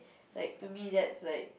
like to me that's like